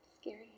scary